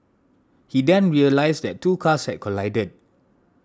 he then realised that two cars had collided